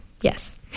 yes